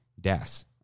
DAS